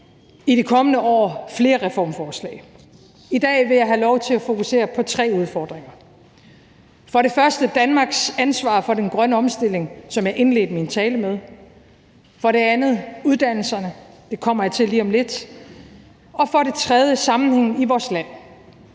i det kommende år flere reformforslag. I dag vil jeg have lov til at fokusere på tre udfordringer. For det første er der Danmarks ansvar for den grønne omstilling, som jeg indledte min tale med. For det andet er der uddannelserne – det kommer jeg til lige om lidt. Og for det tredje er der sammenhængen i vores land,